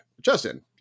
Justin